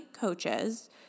coaches